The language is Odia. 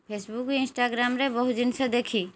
ଫେସ୍ବୁକ୍ ଇନ୍ଷ୍ଟାଗ୍ରାମ୍ରେ ବହୁ ଜିନିଷ ଦେଖି